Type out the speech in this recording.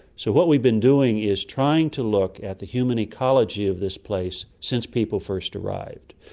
so what we've been doing is trying to look at the human ecology of this place since people first arrived.